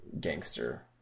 gangster